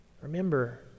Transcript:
Remember